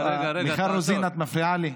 מיכל רוזין, את מפריעה לי.